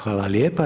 Hvala lijepa.